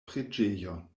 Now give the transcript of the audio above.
preĝejon